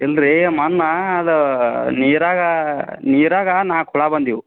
ಇಲ್ಲ ರೀ ಮೊನ್ನೆ ಅದು ನೀರಾಗೆ ನೀರಾಗೆ ನಾಲ್ಕು ಹುಳು ಬಂದಿವೆ